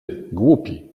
głupi